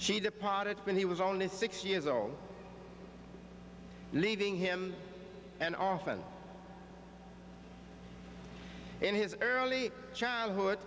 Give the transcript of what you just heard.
departed when he was only six years old leaving him and often in his early childhood